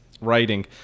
writing